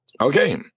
Okay